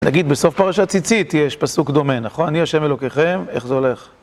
נגיד בסוף פרשת ציצית יש פסוק דומה, נכון? אני השם אלוקיכם, איך זה הולך?